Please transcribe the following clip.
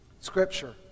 Scripture